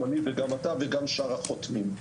גם אני וגם אתה וגם שאר החותמים.